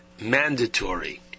mandatory